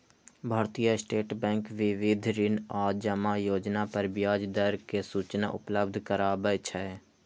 भारतीय State Bank विविध ऋण आ जमा योजना पर ब्याज दर के सूचना उपलब्ध कराबै छै